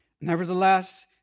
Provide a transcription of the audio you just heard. Nevertheless